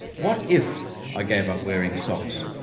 what if i gave up wearing socks?